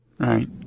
Right